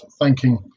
thanking